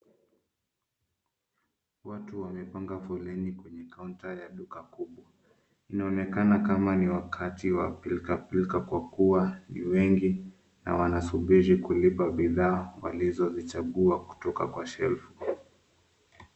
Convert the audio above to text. Watu wamepanga poleni kwenye kaunta ya duka kubwa. Inaonekana kama ni wakati wa pilka pilka kwa kuwa ni wengi na wanasubiri kulipa bidhaa walizozichagua kutoka kwa (cs)shelf(cs).